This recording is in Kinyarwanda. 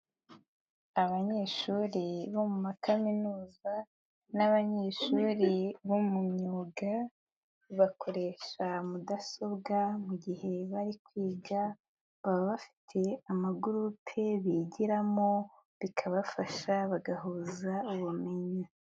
Abanyeshuri bo mu makaminuza, n'abanyeshuri bo mu myuga, bakoresha mudasobwa mu gihe bari kwiga, baba bafite amagurupe bigiramo, bikabafasha bagahuza ubumenyi.